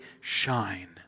shine